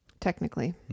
Technically